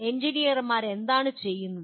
എഞ്ചിനീയർമാർ എന്താണ് ചെയ്യുന്നത്